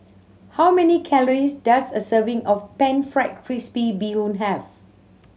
how many calories does a serving of Pan Fried Crispy Bee Hoon have